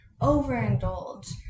overindulge